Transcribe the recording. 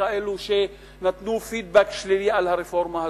וכאלה שנתנו פידבק שלילי על הרפורמה הזו,